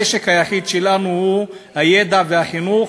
הנשק היחיד שלנו הוא הידע והחינוך.